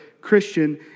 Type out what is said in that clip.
Christian